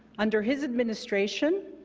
under his administration,